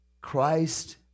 Christ